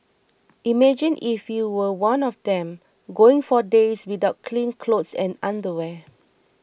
imagine if you were one of them going for days without clean clothes and underwear